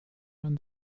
man